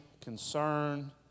concern